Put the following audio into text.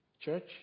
church